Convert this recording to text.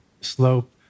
slope